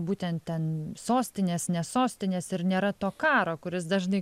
būtent ten sostinės ne sostinės ir nėra to karo kuris dažnai